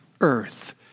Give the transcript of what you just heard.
earth